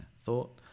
Thought